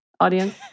audience